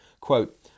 quote